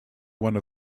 one